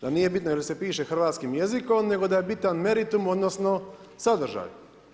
Da nije bitno je li se piše hrvatskim jezikom nego da je bitan meritum odnosno sadržaj.